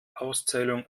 auszählung